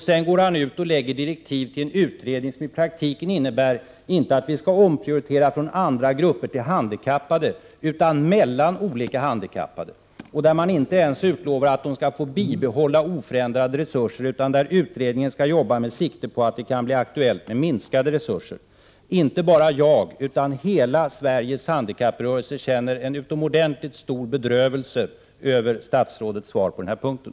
Sedan utfärdar han direktiv till en utredning som i praktiken innebär inte att vi skall omprioritera från andra grupper till handikappade utan mellan olika handikappade. Man utlovar där inte ens att dessa skall få bibehålla oförändrade resurser utan uttalar att utredningen skall arbeta med sikte på att det kan bli aktuellt med minskade resurser. Inte bara jag, utan hela Sveriges handikapprörelse, känner en utomordentligt stor bedrövelse över statsrådets svar på den här punkten.